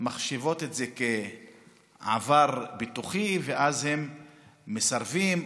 מחשיבות את זה כעבר ביטוחי, אז הן מסרבות.